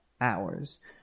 hours